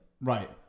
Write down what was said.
Right